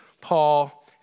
Paul